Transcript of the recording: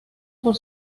por